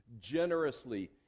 generously